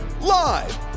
live